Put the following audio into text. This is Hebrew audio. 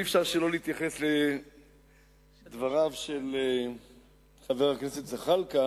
אי-אפשר שלא להתייחס לדבריו של חבר הכנסת זחאלקה